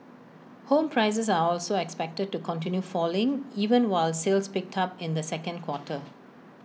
home prices are also expected to continue falling even while sales picked up in the second quarter